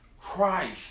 Christ